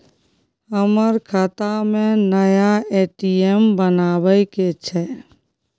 हमर खाता में नया ए.टी.एम बनाबै के छै?